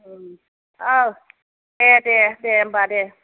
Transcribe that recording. औ दे दे दे होमबा दे